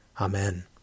Amen